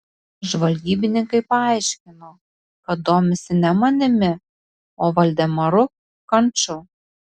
žvalgybininkai paaiškino kad domisi ne manimi o valdemaru kanču